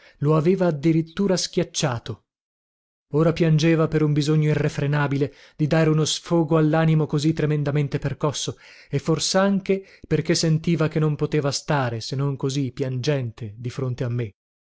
lo aveva addirittura schiacciato ora piangeva per un bisogno irrefrenabile di dare uno sfogo allanimo così tremendamente percosso e forsanche perché sentiva che non poteva stare se non così piangente di fronte a me